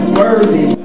worthy